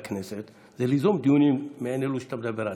הכנסת זה ליזום דיונים מעין אלו שאתה מדבר עליהם,